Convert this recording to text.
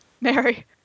Mary